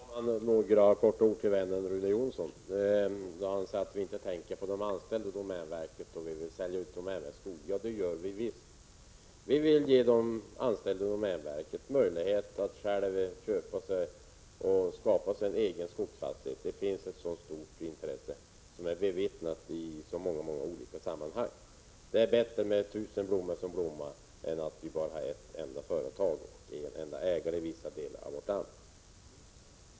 Fru talman! Bara några ord till vännen Rune Jonsson. Han sade att vi inte tänker på de anställda vid domänverket och att vi vill sälja ut domänverkets skogar. Visst tänker vi på dem. Vi vill ge de anställda vid domänverket möjlighet att själva skaffa sig en skogsfastighet. Det finns stort intresse för detta, som är omvittnat i olika sammanhang. Det är bättre att ha tusen blommor som blommar än att ha ett enda företag eller en enda ägare i vissa delar av vårt land.